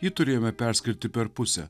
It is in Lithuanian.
jį turėjome perskirti per pusę